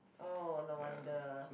oh no wonder